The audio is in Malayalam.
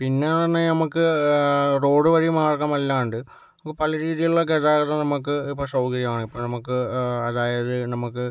പിന്നെ എന്ന് പറഞ്ഞാൽ നമുക്ക് റോഡ് വഴി മാർഗം അല്ലാണ്ട് നമുക്ക് പല രീതിയിലുള്ള ഗതാഗതം നമുക്ക് ഇപ്പോൾ സൗകര്യമാ ണ് ഇപ്പോൾ നമുക്ക് അതായത് നമുക്ക്